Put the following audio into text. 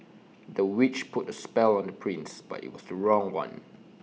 the witch put A spell on the prince but IT was the wrong one